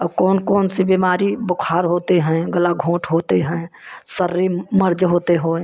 और कौन कौन सी बिमारी बुखार होते हैं गला घोंट होते हैं सर्री मर्ज होते होय